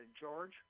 George